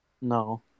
no